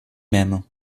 même